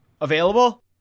Available